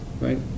right